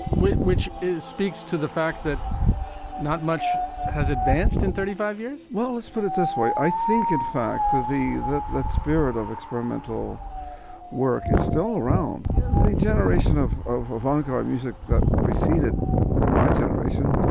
which which is speaks to the fact that not much has advanced in thirty five years. well, let's put it this way i think in fact, to the that the spirit of experimental work is still around yeah the generation of of vanco um music that preceded my generation